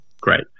Great